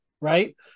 right